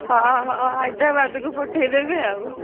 ହଁ ହଁ ହାଇଦ୍ରାବାଦକୁ ପଠେଇଦେବେ ଆଉ